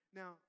now